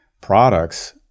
products